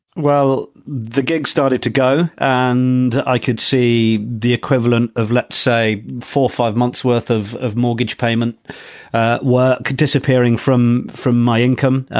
well, the gig started to go and i could see the equivalent of, let's say four, five months worth of of mortgage payments were disappearing from from my income,